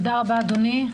תודה רבה, אדוני.